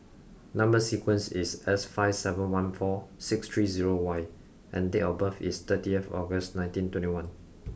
number sequence is S five seven one four six three zero Y and date of birth is thirty August nineteen twenty one